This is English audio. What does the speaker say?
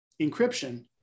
encryption